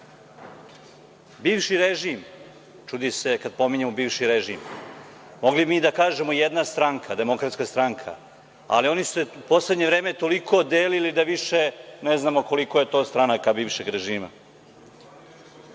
režim čudi se kada pominjemo bivši režim. Mogli bi da kažemo jedna stranka, DS, ali oni su se u poslednje vreme toliko delili da više ne znamo koliko je to stranaka bivšeg režima.